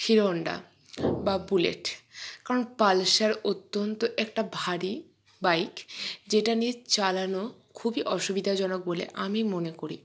hero Honda বা Bullet কারণ Pulsar অত্যন্ত একটা ভারী বাইক যেটা নিয়ে চালানো খুবই অসুবিধাজনক বলে আমি মনে করি